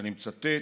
ואני מצטט: